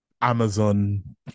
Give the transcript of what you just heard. amazon